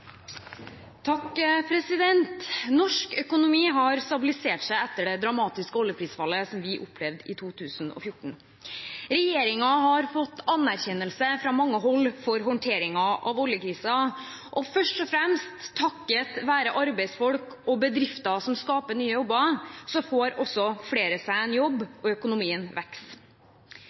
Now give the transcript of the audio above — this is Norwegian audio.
Norsk økonomi har stabilisert seg etter det dramatiske oljeprisfallet vi opplevde i 2014. Regjeringen har fått anerkjennelse fra mange hold for håndteringen av oljekrisen. Først og fremst takket være arbeidsfolk og bedrifter som skaper nye jobber, får flere en jobb, og økonomien